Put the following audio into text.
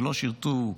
שלא שירתו,